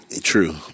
True